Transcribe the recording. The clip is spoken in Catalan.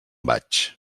vaig